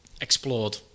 explored